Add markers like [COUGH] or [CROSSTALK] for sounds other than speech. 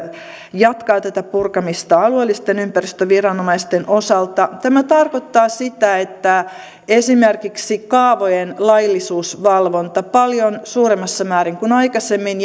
jatkaa tätä purkamista alueellisten ympäristöviranomaisten osalta tämä tarkoittaa sitä että esimerkiksi kaavojen laillisuusvalvonta paljon suuremmassa määrin kuin aikaisemmin [UNINTELLIGIBLE]